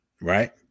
right